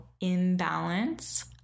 imbalance